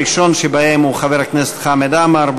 הראשון שבהם הוא חבר הכנסת חמד עמאר.